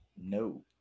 No